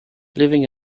living